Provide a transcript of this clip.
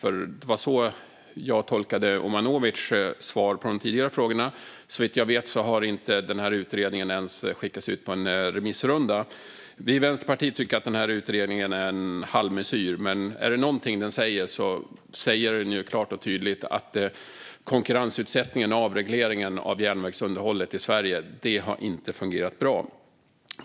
Det var så jag tolkade Omanovics svar på de tidigare frågorna, och såvitt jag vet har inte utredningen ens skickats ut på en remissrunda. Vi i Vänsterpartiet tycker att utredningen är en halvmesyr, men om det är någonting den säger är det klart och tydligt att konkurrensutsättningen och avregleringen av järnvägsunderhållet i Sverige inte har fungerat bra.